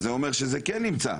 אז זה אומר שזה כן נמצא.